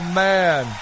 man